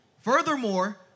Furthermore